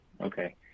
Okay